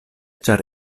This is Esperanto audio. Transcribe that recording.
ĉar